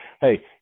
hey